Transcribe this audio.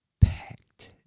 packed